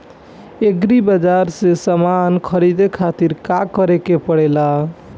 Agri बाज़ार से समान ख़रीदे खातिर का करे के पड़ेला?